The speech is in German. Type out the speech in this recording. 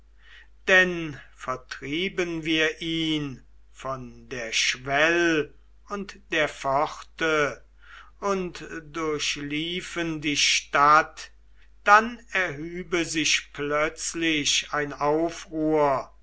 denn vertrieben wir ihn von der schwell und der pforte und durchliefen die stadt dann erhübe sich plötzlich ein aufruhr